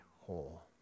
whole